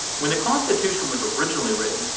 when the constitution was originally written,